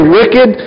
wicked